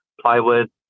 plywood